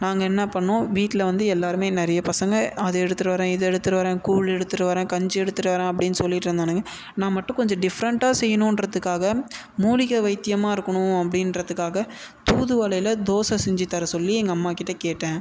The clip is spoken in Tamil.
நாங்கள் என்ன பண்ணோம் வீட்டில் வந்து எல்லோருமே நிறைய பசங்க அதை எடுத்துட்டு வர்றேன் இதை எடுத்துட்டு வர்றேன் கூழ் எடுத்துட்டு வர்றேன் கஞ்சி எடுத்துட்டு வர்றேன் அப்படின்னு சொல்லிட்டுருந்தானுங்க நான் மட்டும் கொஞ்சம் டிஃப்ரெண்ட்டாக செய்யணுன்றதுக்காக மூலிகை வைத்தியமாக இருக்கணும் அப்படின்றதுக்காக தூதுவளையில் தோசை செஞ்சு தர சொல்லி எங்கள் அம்மாக்கிட்டே கேட்டேன்